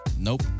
Nope